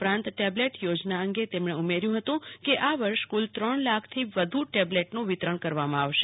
ઉપરાંત ટેબલેટ યોજના અંગે મંત્રીશ્રીએ ઉમેર્યુ હતુ કે આ વર્ષ કુલ ત્રણ લાખથી વધિ ટેબલેટનું વિતરણ કરવામા આવશે